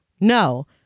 no